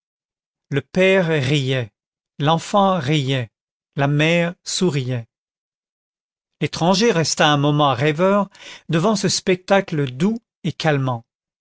le père riait l'enfant riait la mère souriait l'étranger resta un moment rêveur devant ce spectacle doux et calmant